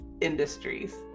industries